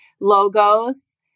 logos